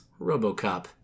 RoboCop